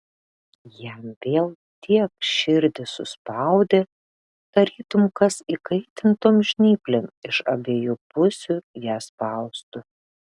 jam vėl tiek širdį suspaudė tarytum kas įkaitintom žnyplėm iš abiejų pusių ją spaustų